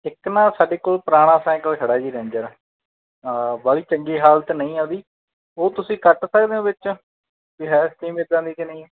ਇੱਕ ਨਾ ਸਾਡੇ ਕੋਲ ਪੁਰਾਣਾ ਸਾਈਕਲ ਖੜਾ ਜੀ ਰੇਂਜਰ ਬਾਹਲੀ ਚੰਗੀ ਹਾਲਤ ਨਹੀਂ ਆ ਉਹਦੀ ਉਹ ਤੁਸੀਂ ਕੱਟ ਸਕਦੇ ਹੋ ਵਿੱਚ ਜੇ ਹੈ ਸਕੀਮ ਇੱਦਾਂ ਦੀ ਕਿ ਨਹੀਂ